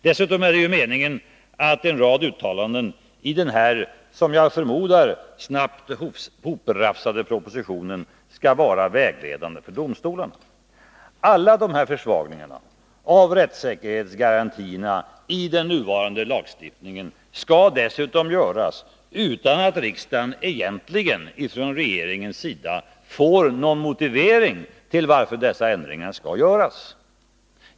Dessutom är det ju meningen att en rad uttalanden i den här, som jag förmodar snabbt hoprafsade, propositionen skall vara vägledande för domstolarna. Alla de här försvagningarna av rättssäkerhetsgarantierna i den nuvarande lagstiftningen skall dessutom göras utan att riksdagen egentligen från regeringens sida får någon motivering till att dessa ändringar skall göras.